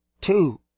Two